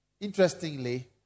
interestingly